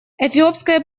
эфиопское